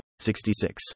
66